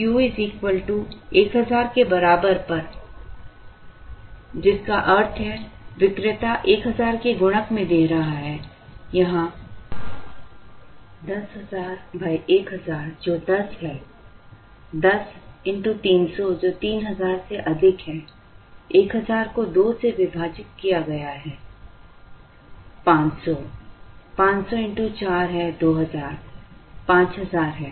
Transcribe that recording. अब Q 1000 के बराबर पर जिसका अर्थ है विक्रेता 1000 के गुणक में दे रहा है यहाँ 10000 1000 जो 10 है 10 x 300 जो 3000 से अधिक है 1000 को 2 से विभाजित किया गया है 500 500 x 4 है 2000 5000 है